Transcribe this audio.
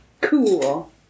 Cool